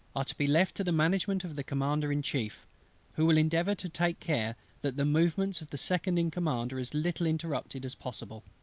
are to be left to the management of the commander in chief who will endeavour to take care that the movements of the second in command are as little interrupted as possible.